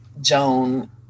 Joan